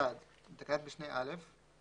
בתקנת משנה (א),